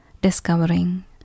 discovering